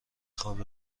خواب